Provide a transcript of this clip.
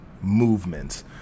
movements